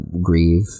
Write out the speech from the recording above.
grieve